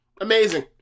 Amazing